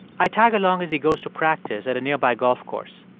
i tag along as he goes to practice at a nearby golf course.